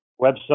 website